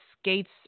skates